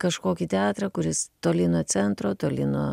kažkokį teatrą kuris toli nuo centro toli nuo